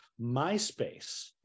MySpace